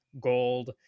gold